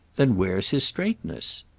then where's his straightness?